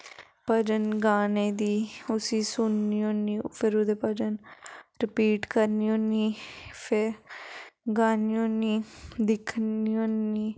भजन गाने दी उस्सी सुननी होन्नी फिर ओह्दे भजन रिपीट करनी होन्नी फिर गानी होन्नी दिक्खनी होन्नी